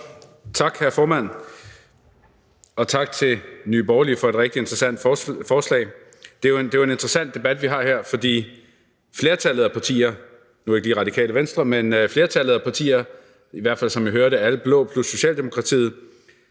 Tak, formand, og tak til Nye Borgerlige for et rigtig interessant forslag. Det er jo en interessant debat, vi har her. Flertallet af partierne, nu ikke lige Radikale Venstre, men i hvert fald, som jeg hører det, alle blå partier plus Socialdemokratiet,